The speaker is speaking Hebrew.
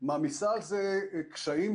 מעמיסה על זה קשיים.